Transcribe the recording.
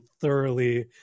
thoroughly